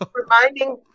Reminding